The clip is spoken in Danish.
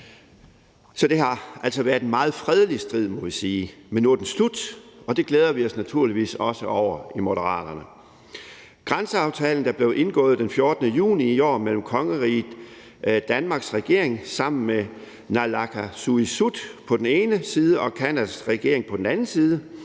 Så det har altså været en meget fredelig strid, må vi sige. Men nu er den slut, og det glæder vi os naturligvis også over i Moderaterne. Grænseaftalen, der blev indgået den 14. juni 2022 mellem kongeriget Danmarks regering sammen med naalakkersuisut på den ene side og Canadas regering på den anden side,